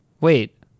Wait